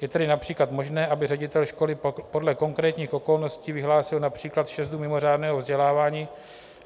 Je tedy například možné, aby ředitel školy podle konkrétních okolností vyhlásil například šest dnů mimořádného vzdělávání